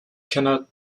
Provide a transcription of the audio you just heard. cannot